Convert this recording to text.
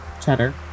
Cheddar